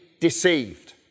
deceived